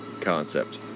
concept